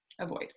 avoid